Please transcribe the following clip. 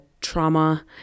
trauma